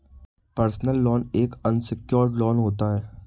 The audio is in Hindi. पर्सनल लोन एक अनसिक्योर्ड लोन होता है